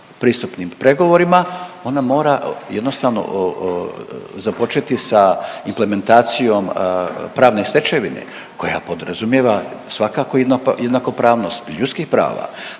pristupnim pregovorima ona mora jednostavno započeti sa implementacijom pravne stečevine koja podrazumijeva svakako jednakopravnost i ljudskih prava,